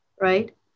right